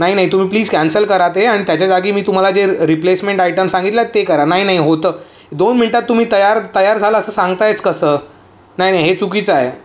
नाही नाही तुम्ही प्लीज कॅन्सल करा ते आणि त्याच्या जागी मी तुम्हाला जे रि रिप्लेसमेंट आयटम सांगितल्या ते करा नाही नाही होतं दोन मिनटात तुम्ही तयार तयार झालं असं सांगत आहेच कसं नाही नाही हे चुकीचं आहे